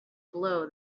blow